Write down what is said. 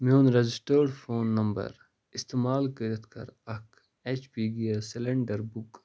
میٛون registered phone number استعمال کٔرِتھ کَر اکھ H P gas cylinder book